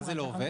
מה זה לא עובד?